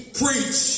preach